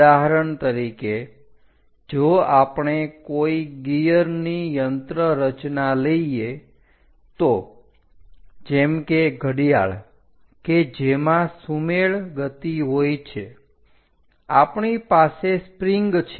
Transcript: ઉદાહરણ તરીકે જો આપણે કોઈ ગિયર ની યંત્રરચના લઈએ તો જેમ કે ઘડિયાળ કે જેમાં સુમેળ ગતિ હોય છે આપણી પાસે સ્પ્રિંગ છે